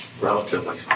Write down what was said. relatively